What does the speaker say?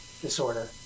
disorder